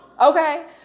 Okay